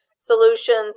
solutions